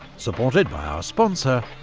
supported by our sponsor,